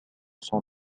son